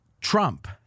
trump